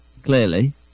clearly